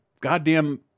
goddamn